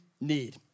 need